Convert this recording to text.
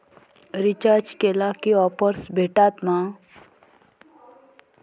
Recharge केला की offers भेटात मा?